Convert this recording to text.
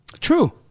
True